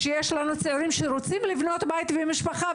כשיש לנו צעירים שרוצים לבנות בית ומשפחה,